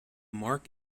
mark